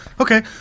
Okay